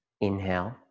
inhale